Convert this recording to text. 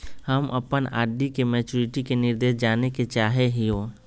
हम अप्पन आर.डी के मैचुरीटी के निर्देश जाने के चाहो हिअइ